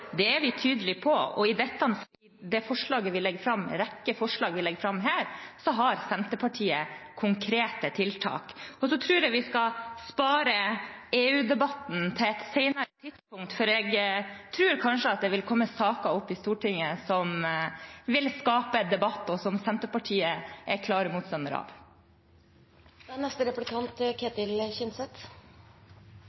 Det er vi tydelige på, og i rekken av forslag vi legger fram her, har Senterpartiet konkrete tiltak. Så tror jeg vi skal spare EU-debatten til et senere tidspunkt, for jeg tror kanskje det vil komme opp saker i Stortinget som vil skape debatt, og som Senterpartiet er klare motstandere